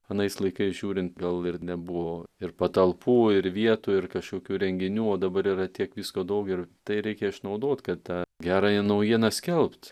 anais laikais žiūrint gal ir nebuvo ir patalpų ir vietų ir kažkokių renginių o dabar yra tiek visko daug ir tai reikia išnaudot kad tą gerąją naujieną skelbt